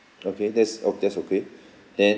okay that's o~ that's okay then